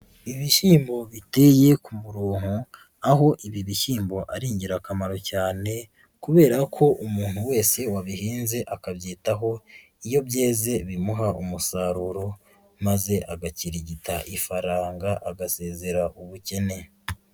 Ibishyimbo biteye ku muronko aho ibi bihinmbo ari ingirakamaro cyane kubera ko umuntu wese wabihinze akabyitaho iyo byeze bimuha umusaruro maze agakirigita ifaranga agasezera ubukene.